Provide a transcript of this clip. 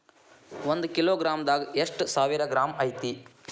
ಒಂದ kilogram ದಾಗ ಒಂದ ಸಾವಿರ ಗ್ರಾಂ ಐತಿ